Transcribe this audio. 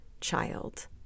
child